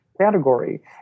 category